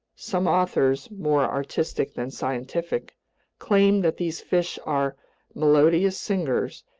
some authors more artistic than scientific claim that these fish are melodious singers,